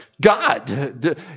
God